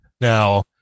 Now